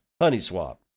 HoneySwap